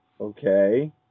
Okay